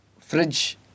Fridge